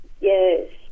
yes